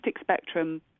spectrum